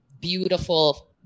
Beautiful